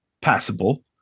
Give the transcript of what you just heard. passable